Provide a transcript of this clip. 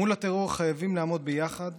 מול הטרור חייבים לעמוד ביחד.